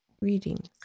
readings